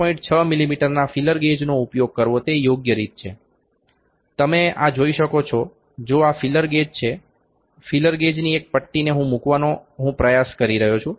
Meena feeler ગેજનો ઉપયોગ કરવો તે યોગ્ય રીત છે તમે આ જોઈ શકો છો જો આ ફીલર ગેજ છે ફીલર ગેજની એક પટ્ટીને હું મૂકવાનો હું પ્રયાસ કરી રહ્યો છું